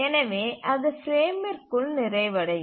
எனவே அது பிரேமிற்குல் நிறைவடையும்